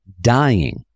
dying